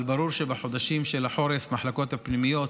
אבל ברור שבחודשים של החורף המחלקות הפנימיות